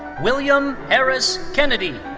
william harris kennedy.